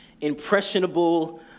impressionable